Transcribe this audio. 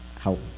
help